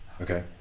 Okay